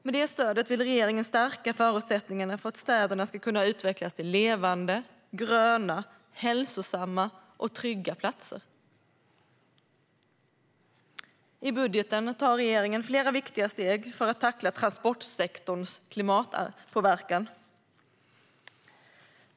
Med det stödet vill regeringen stärka förutsättningarna för att städerna ska kunna utvecklas till levande, gröna, hälsosamma och trygga platser. I budgeten tar regeringen flera viktiga steg för att tackla transportsektorns klimatpåverkan.